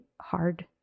hard